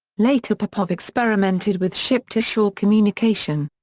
later popov experimented with ship-to-shore communication.